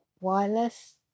wireless